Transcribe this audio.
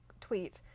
tweet